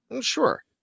Sure